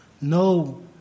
No